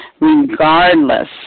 regardless